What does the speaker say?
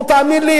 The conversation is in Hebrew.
תאמין לי,